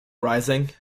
rising